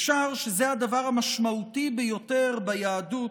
אפשר שזה הדבר המשמעותי ביותר ביהדות,